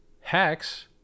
Hex